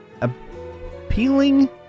appealing